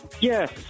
Yes